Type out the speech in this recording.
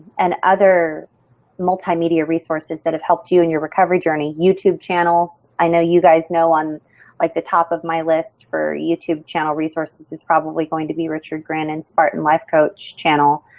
and other multimedia resources that have helped you in your recovery journey, youtube channels. i know you guys know on like the top of my list for youtube channel resources probably going to be richard grannon, spartan life coach channel.